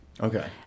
okay